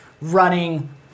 running